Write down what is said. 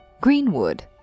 Greenwood